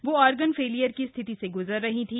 वो organ failure की स्थिति से गुजर रही थी